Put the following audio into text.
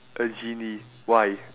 a genie why